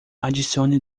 adicione